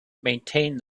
maintained